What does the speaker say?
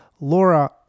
Laura